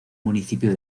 municipio